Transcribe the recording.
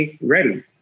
ready